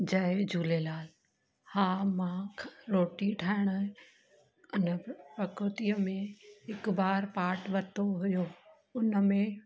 जय झूलेलाल हा मां रोटी ठाहिण अन अकतिअ में हिकु बार पार्ट वरितो हुयो उनमें